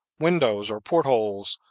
windows or port-holes,